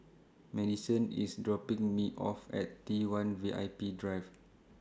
Madisen IS dropping Me off At T one V I P Drive